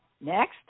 next